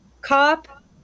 cop